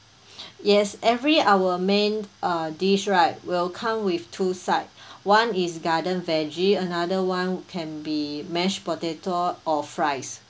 yes every our main uh dish right will come with two side one is garden veggie another [one] can be mashed potato or fries